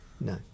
no